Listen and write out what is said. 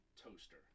toaster